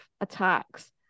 attacks